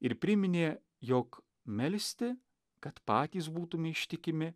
ir priminė jog melsti kad patys būtume ištikimi